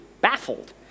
baffled